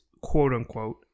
quote-unquote